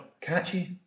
Catchy